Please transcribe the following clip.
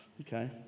okay